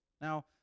Now